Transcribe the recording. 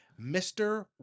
Mr